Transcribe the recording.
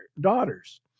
daughters